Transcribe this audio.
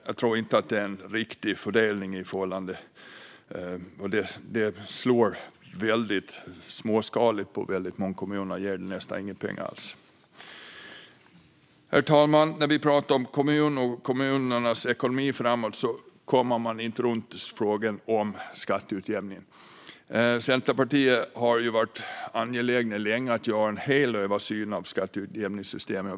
Jag tror inte att det är en riktig fördelning, och det slår väldigt småskaligt på många kommuner. I många kommuner ger det nästan inga pengar alls. Herr talman! När man pratar om kommunerna och deras ekonomi framöver kommer man inte runt frågan om skatteutjämning. Centerpartiet har länge varit angeläget om att göra en hel översyn av skatteutjämningssystemet.